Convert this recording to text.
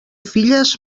filles